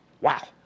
Wow